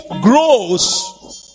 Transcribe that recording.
grows